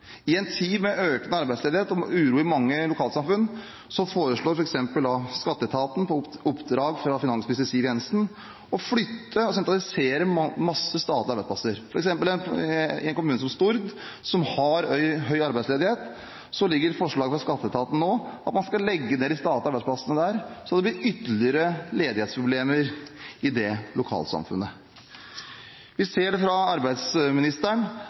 I en tid med økende arbeidsledighet og uro i mange lokalsamfunn foreslår skatteetaten, på oppdrag fra finansminister Siv Jensen, å flytte og sentralisere masse statlige arbeidsplasser. For eksempel i en kommune som Stord, som har høy arbeidsledighet, ligger forslaget fra skatteetaten nå om at man skal legge ned de statlige arbeidsplassene der, så det blir ytterligere ledighetsproblemer i det lokalsamfunnet. Vi ser det fra arbeidsministeren,